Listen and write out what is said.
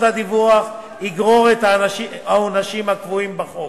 הדיווח יגרור את העונשים הקבועים בחוק,